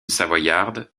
savoyarde